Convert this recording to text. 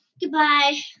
Goodbye